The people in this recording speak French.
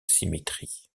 symétrie